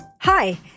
Hi